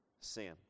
sin